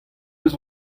eus